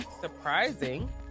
surprising